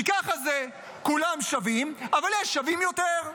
כי ככה זה, כולם שווים אבל יש שווים יותר.